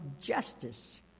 justice